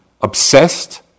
obsessed